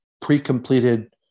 pre-completed